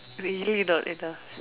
really not enough